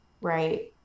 right